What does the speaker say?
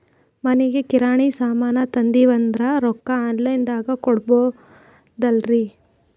ಮನಿಗಿ ಕಿರಾಣಿ ಸಾಮಾನ ತಂದಿವಂದ್ರ ರೊಕ್ಕ ಆನ್ ಲೈನ್ ದಾಗ ಕೊಡ್ಬೋದಲ್ರಿ?